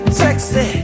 sexy